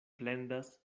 plendas